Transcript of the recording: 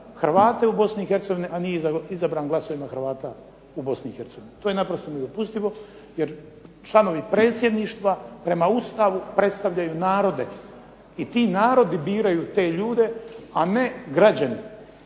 Hercegovini, a nije izabran glasovima Hrvata u Bosni i Hercegovini. To je naprosto nedopustivo, jer članovi predsjedništva prema Ustavu predstavljaju narode, i ti narodi biraju te ljude, a ne građani.